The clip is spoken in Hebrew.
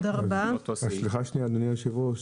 אדוני היושב-ראש,